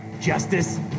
Justice